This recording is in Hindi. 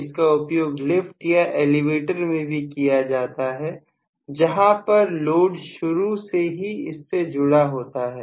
इसका उपयोग लिफ्ट या एलिवेटर में भी किया जाता है जहां पर लोड शुरू से ही इससे जुड़ा होता है